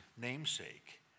namesake